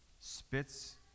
Spits